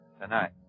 tonight